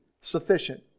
sufficient